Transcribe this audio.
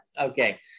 Okay